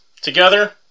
together